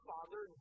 Father